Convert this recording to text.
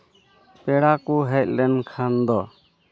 ᱯᱮᱲᱟ ᱠᱚ ᱦᱮᱡ ᱞᱮᱱᱠᱷᱟᱱ ᱫᱚ